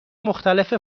مختلف